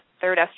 third